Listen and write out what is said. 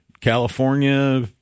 California